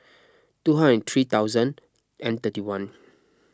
two hundred and three thousand and thirty one